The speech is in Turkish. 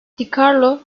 dicarlo